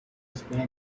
explain